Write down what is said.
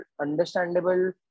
understandable